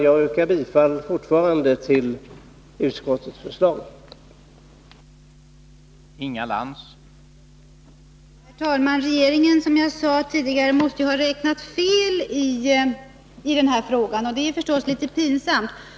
Jag vidhåller mitt yrkande om bifall till reservation 1.